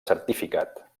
certificat